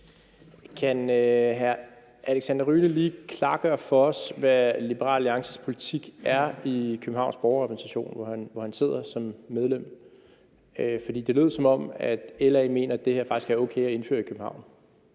Kan hr. Alexander Ryle lige klargøre for os, hvad Liberal Alliances politik er i Københavns Borgerrepræsentation, hvor han sidder som medlem? Det lød, som om LA mener, at det her faktisk er okay at indføre i København.